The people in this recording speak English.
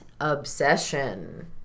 obsession